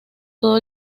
todo